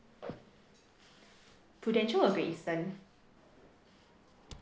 Prudential or Great Eastern